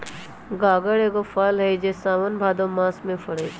गागर एगो फल हइ जे साओन भादो मास में फरै छै